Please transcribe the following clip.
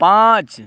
पाँच